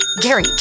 Gary